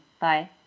Bye